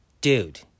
Dude